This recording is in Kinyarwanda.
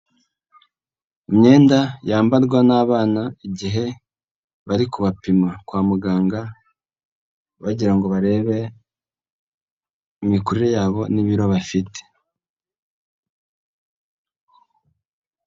Imyenda yambarwa n'abana igihe bari kubapima kwa muganga, bagira ngo barebe imikurire yabo n'ibiro bafite.